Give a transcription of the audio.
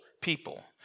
people